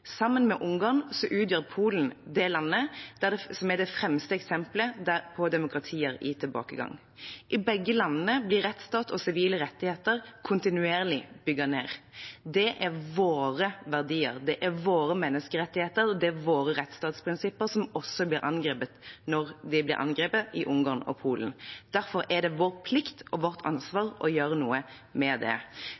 Sammen med Ungarn er Polen det landet som er det fremste eksemplet på demokratier i tilbakegang. I begge landene blir rettsstat og sivile rettigheter kontinuerlig bygd ned. Det er våre verdier, våre menneskerettigheter og våre rettsstatsprinsipper som også blir angrepet når de blir angrepet i Ungarn og Polen. Derfor er det vår plikt og vårt ansvar